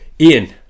Ian